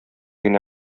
генә